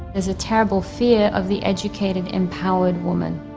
there's a terrible fear of the educated empowered woman.